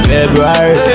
February